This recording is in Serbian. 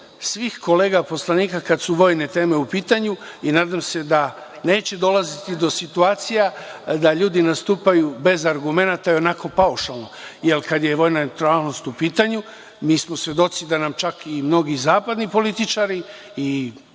svih kolega poslanika kad su vojne teme u pitanju i nadam se da neće dolaziti do situacija da ljudi nastupaju bez argumenata i onako paušalno. Jer kada je vojna neutralnost u pitanju mi smo svedoci da nam čak i mnogi zapadni političari i vrlo